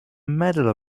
medal